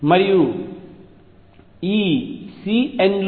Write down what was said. మరియు ఈ Cn లు